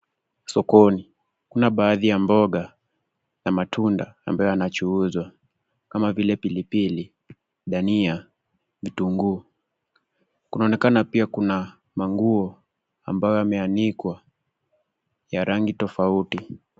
Sokoni, kuna baadhi ya mboga na matunda ambayo yanachuuzwa, kama vile pilipili, dania, vitunguu. Kunaonekana pia kuna manguo, ambayo yameanikwa ya rangi tofauti.